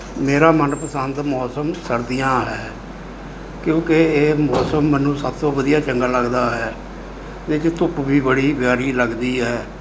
ਮੇਰਾ ਮਨ ਪਸੰਦ ਮੌਸਮ ਸਰਦੀਆਂ ਹੈ ਕਿਉਂਕਿ ਇਹ ਮੌਸਮ ਮੈਨੂੰ ਸਭ ਤੋਂ ਵਧੀਆ ਚੰਗਾ ਲੱਗਦਾ ਹੈ ਲੇਕਿਨ ਧੁੱਪ ਵੀ ਬੜੀ ਪਿਆਰੀ ਲੱਗਦੀ ਹੈ